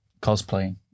cosplaying